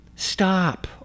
Stop